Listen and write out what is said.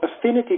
affinity